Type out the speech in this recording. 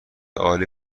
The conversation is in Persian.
عالی